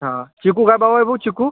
हा चिकू काय भाव आहे भाऊ चिकू